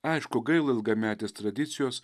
aišku gaila ilgametės tradicijos